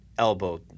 elbow